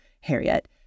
Harriet